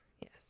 Yes